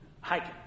hiking